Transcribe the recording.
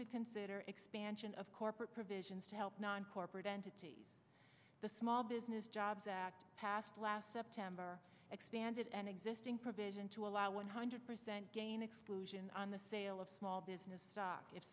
to consider expansion of corporate provisions to help corporate entity the small business jobs act passed last september expanded an existing provision to allow one hundred percent gain exclusion on the sale of small business